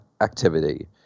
activity